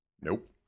Nope